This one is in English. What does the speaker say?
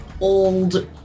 old